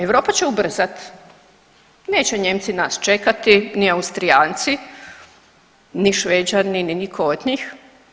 Europa će ubrzati, neće Nijemci nas čekati, ni Austrijanci, ne Šveđani, ni nitko od njih.